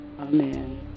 Amen